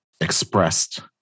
expressed